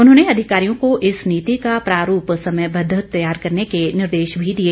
उन्होंने अधिकारियों को इस नीति का प्रारूप समयबद्ध तैयार करने के निर्देश भी दिए